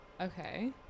okay